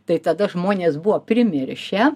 tai tada žmonės buvo primiršę